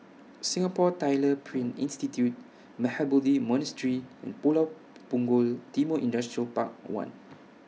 Singapore Tyler Print Institute Mahabodhi Monastery and Pulau Punggol Timor Industrial Park one